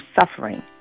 suffering